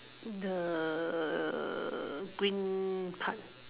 the green part